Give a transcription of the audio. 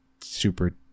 super